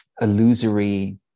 illusory